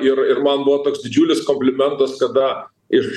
ir ir man buvo toks didžiulis komplimentas kada iš